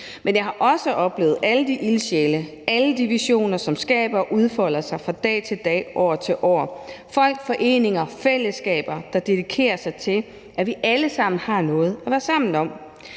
Men jeg har også oplevet alle de ildsjæle og alle de visioner, som skabes og udfolder sig fra dag til dag og år til år – folk, foreninger, fællesskaber, der dedikerer sig til, at vi alle sammen har noget at være sammen om.